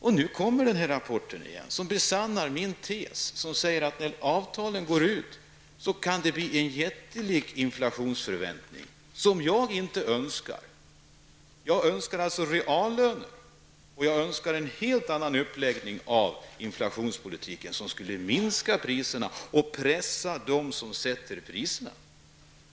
Nu kommer den här rapporten som besannar min tes. När avtalen går ut kan det bli en jättelik inflationsförväntning. Jag önskar inte en sådan utan reallöner och en helt annan uppläggning av inflationspolitiken, en uppläggning som skulle sänka priserna och pressa dem som sätter priserna.